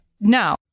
No